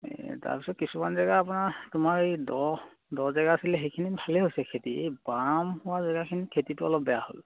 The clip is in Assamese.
এই তাৰপিছত কিছুমান জেগা আপোনাৰ তোমাৰ এই দ দ জেগা আছিলে সেইখিনি ভালেই হৈছে খেতি এই বাম হোৱা জেগাখিনি খেতিটো অলপ বেয়া হ'ল